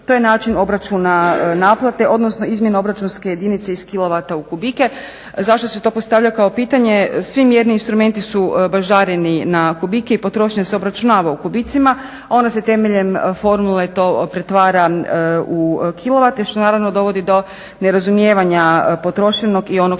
to je način obračuna naplate, odnosno izmjena obračunske jedinice iz kilovata u kubike. Zašto se to postavlja kao pitanje? Svi mjerni instrumenti su baždareni na kubike i potrošnja se obračunava u kubicima, a ona se temeljem formule pretvara u kilovate što naravno dovodi do nerazumijevanja potrošenog i onog